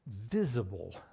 visible